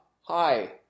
Hi